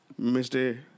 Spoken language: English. Mr